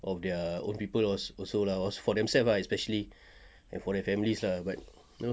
of their own people also also lah was for themselves especially and for their families lah but you know